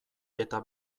eta